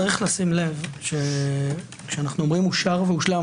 צריך לשים לב שכשאנחנו אומרים "אושר והושלם"